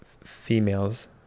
females